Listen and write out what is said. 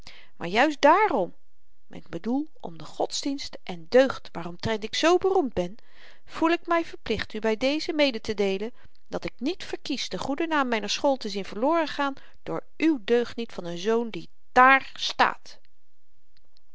zerken maar juist dààrom ik bedoele om de godsdienst en deugd waaromtrent ik zoo beroemd ben voel ik my verplicht u by dezen medetedeelen dat ik niet verkies den goeden naam myner school te zien verloren gaan door uw deugniet van n zoon die dààr staat